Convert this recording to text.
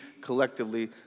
collectively